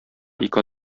ике